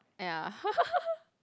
ya